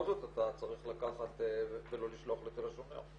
זאת אתה צריך לקחת ולא לשלוח לתל השומר.